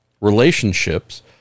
relationships